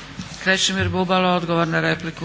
repliku. **Bubalo, Krešimir (HDSSB)**